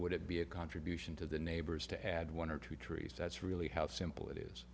would it be a contribution to the neighbors to add one or two trees that's really how simple it is